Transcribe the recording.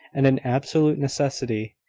and an absolute necessity.